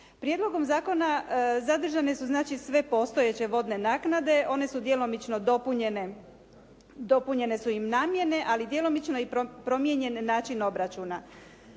Prijedlogom zakona zadržane su znači sve postojeće vodne naknade, one su djelomično dopunjene, dopunjene su im namjene, ali djelomično i promijenjen način obračuna.